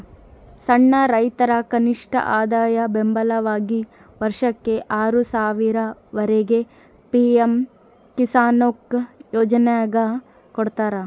ಸಣ್ಣ ರೈತರ ಕನಿಷ್ಠಆದಾಯ ಬೆಂಬಲವಾಗಿ ವರ್ಷಕ್ಕೆ ಆರು ಸಾವಿರ ವರೆಗೆ ಪಿ ಎಂ ಕಿಸಾನ್ಕೊ ಯೋಜನ್ಯಾಗ ಕೊಡ್ತಾರ